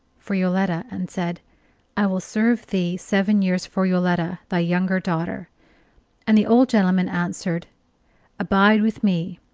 for yoletta, and said i will serve thee seven years for yoletta, thy younger daughter and the old gentleman answered abide with me,